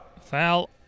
Foul